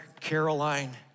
Caroline